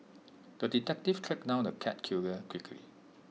the detective tracked down the cat killer quickly